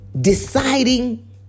deciding